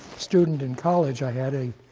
student in college, i had a